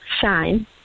Shine